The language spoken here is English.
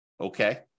Okay